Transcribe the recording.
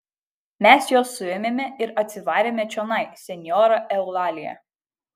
mes juos suėmėme ir atsivarėme čionai senjora eulalija